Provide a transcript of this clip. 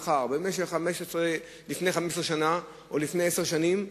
מכר לפני 15 שנה או לפני עשר שנים,